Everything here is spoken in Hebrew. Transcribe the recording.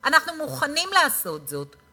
זה עיוות של הנתונים.